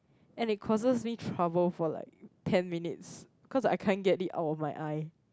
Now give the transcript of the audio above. and it causes me for trouble for like ten minutes cause I can't get it out of my eye